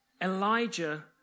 Elijah